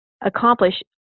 accomplish